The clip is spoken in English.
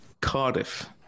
Cardiff